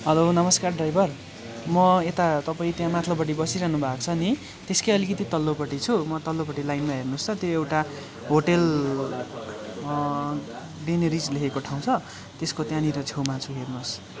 hello नमस्कार driver म यता तपाईँ त्यहाँ माथिल्लोपट्टि बसिरहनु भएको छ नि त्यसकै अलिकति तत्लोपट्टि छु म तत्लोपट्टि लाइनमा हेर्नुहोस् त त्यो एउटा होटेल डिनेरिज लेखेको ठाउँ छ त्यसको त्यहाँनिर छेउमा छु हेर्नोस्